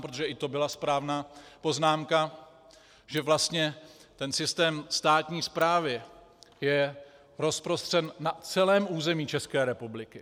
Protože i to byla správná poznámka, že vlastně ten systém státní správy je rozprostřen na celém území České republiky.